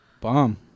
Bomb